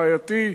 בעייתי?